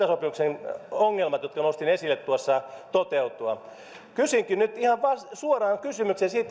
sopimuksen ongelmat jotka nostin esille tuossa toteutua kysynkin nyt ihan suoran kysymyksen